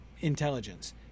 intelligence